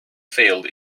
field